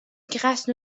grâce